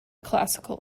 classical